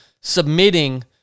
submitting